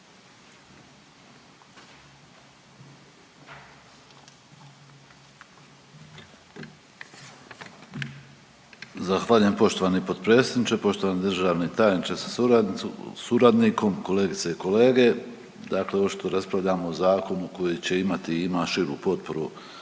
Zahvaljujem poštovani potpredsjedniče, poštovani državni tajniče sa suradnikom, kolegice i kolege, dakle ovo što raspravljamo o zakonu koji će imati i ima širu potporu